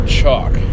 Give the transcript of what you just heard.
chalk